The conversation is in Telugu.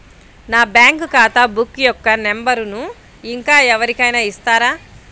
నా బ్యాంక్ ఖాతా బుక్ యొక్క నంబరును ఇంకా ఎవరి కైనా ఇస్తారా?